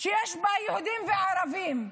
שיש בה יהודים וערבים,